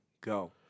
go